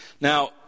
Now